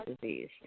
disease